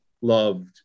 loved